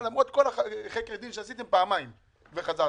למרות כל חקר הדין שעשיתם פעמיים וחזרתם,